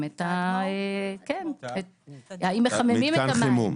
מתקן החימום.